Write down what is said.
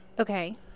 Okay